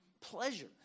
pleasure